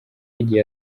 igihe